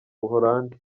buholandi